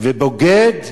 ובוגד,